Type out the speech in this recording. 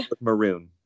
maroon